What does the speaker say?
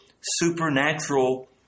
supernatural